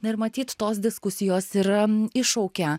na ir matyt tos diskusijos ir iššaukia